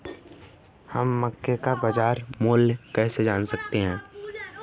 हम मक्के का बाजार मूल्य कैसे जान सकते हैं?